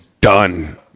done